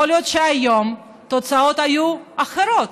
יכול להיות שהיום התוצאות היו אחרות.